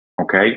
okay